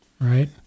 Right